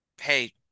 hey